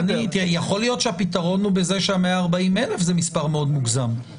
יכול להיות שהפתרון הוא בזה שה-140,000 זה מספר מאוד מוגזם.